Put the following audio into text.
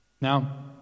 Now